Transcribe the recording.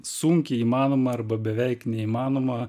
sunkiai įmanoma arba beveik neįmanoma